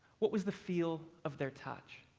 what was the feel of their touch?